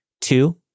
Two